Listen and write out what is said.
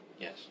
Yes